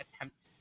attempt